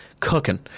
cooking